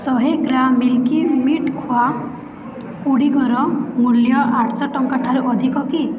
ଶହେ ଗ୍ରା ମିଲ୍କି ମିଟ୍ ଖୁଆ ଗୁଡ଼ିକର ମୂଲ୍ୟ ଆଠଶହ ଟଙ୍କା ଠାରୁ ଅଧିକ କି